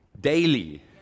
daily